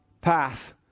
path